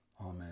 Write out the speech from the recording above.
Amen